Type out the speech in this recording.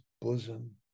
bosom